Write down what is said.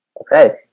Okay